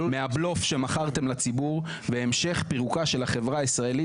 מהבלוף שמכרתם לציבור והמשך פירוקה של החברה הישראל.